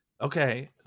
okay